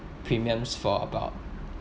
premiums for about